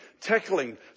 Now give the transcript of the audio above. tackling